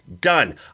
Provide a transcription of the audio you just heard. Done